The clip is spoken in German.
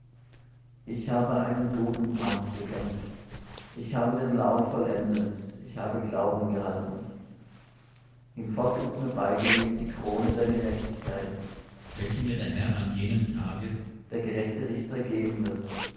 ich habe einen guten kampf gekämpft ich habe den lauf vollendet ich habe glauben gehalten hinfort ist mir beigelegt die krone der gerechtigkeit welche mir der herr an jenem tage der gerechte richter geben wird